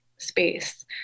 space